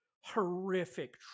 horrific